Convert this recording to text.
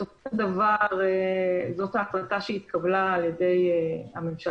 בסופו של דבר זאת ההחלטה שהתקבלה על ידי הממשלה,